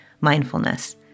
Mindfulness